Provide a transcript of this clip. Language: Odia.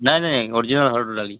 ନାଇ ନାଇ ଓରିଜିନାଲ୍ ହରଡ଼ ଡାଲି